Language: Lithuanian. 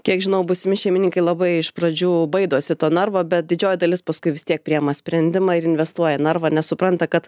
kiek žinau būsimi šeimininkai labai iš pradžių baidosi to narvo bet didžioji dalis paskui vis tiek priima sprendimą ir investuoja į narvą nes supranta kad